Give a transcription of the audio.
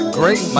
great